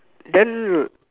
then